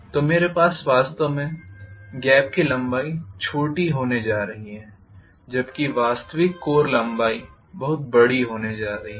तो मेरे पास वास्तव में गेप की लंबाई छोटी होने जा रही हूं जबकि वास्तविक कोर लंबाई बहुत बड़ी होने जा रही है